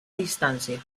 distancia